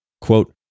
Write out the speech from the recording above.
quote